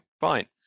fine